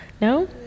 No